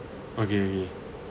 okay okay